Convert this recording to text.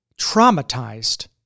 traumatized